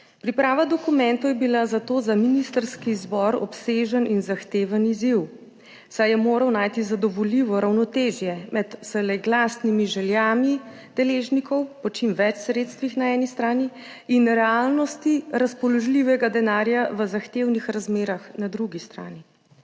Priprava dokumentov je bila zato za ministrski zbor obsežen in zahteven izziv, saj je moral najti zadovoljivo ravnotežje med vselej glasnimi željami deležnikov po čim več sredstvih na eni strani in realnosti razpoložljivega denarja v zahtevnih razmerah na drugi strani.